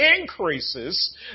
increases